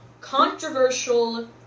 controversial